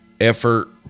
effort